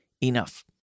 enough